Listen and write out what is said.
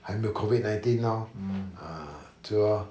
还没有 COVID nineteen lor ah 就 lor